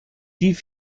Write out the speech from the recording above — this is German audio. die